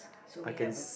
so we have a